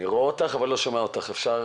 בוקר